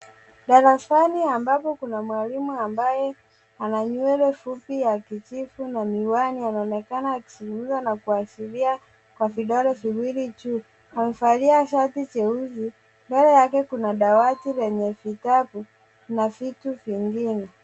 Darasani ambapo kuna mwalimu ambaye ana nywele fupi ya kijivu na miwani anaonekana akizungumza na kuashiria kwa vidole viwili juu. Amevalia shati jeusi .Mbele yake kuna dawati lenye vitabu na vitu vingine.